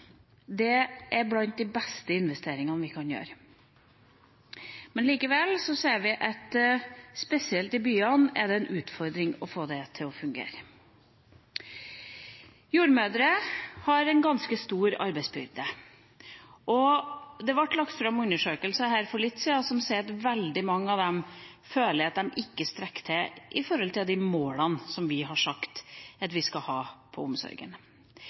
foreldreskap er blant de beste investeringene vi kan gjøre. Likevel ser vi at spesielt i byene er det en utfordring å få det til å fungere. Jordmødre har en ganske stor arbeidsbyrde. Det ble lagt fram undersøkelser for litt siden som viste at veldig mange av dem føler at de ikke strekker til i forhold til de målene som vi har sagt at vi skal ha på omsorgen.